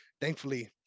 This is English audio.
thankfully